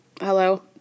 hello